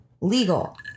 legal